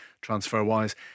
transfer-wise